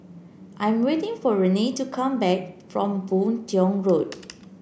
I am waiting for Rayne to come back from Boon Tiong Road